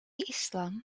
islam